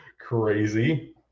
Crazy